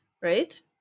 right